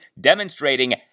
demonstrating